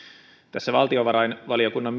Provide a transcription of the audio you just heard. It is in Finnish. tässä valtiovarainvaliokunnan